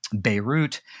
Beirut